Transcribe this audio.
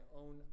own